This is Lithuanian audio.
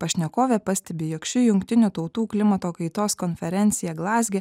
pašnekovė pastebi jog ši jungtinių tautų klimato kaitos konferencija glazge